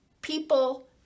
people